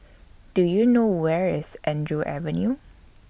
Do YOU know Where IS Andrew Avenue